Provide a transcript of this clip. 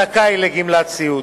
זכאי לגמלת סיעוד.